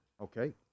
Okay